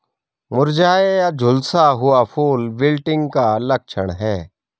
मुरझाया या झुलसा हुआ फूल विल्टिंग का लक्षण है